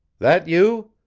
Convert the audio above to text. that you?